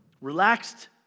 relaxed